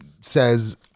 says